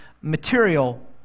material